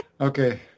Okay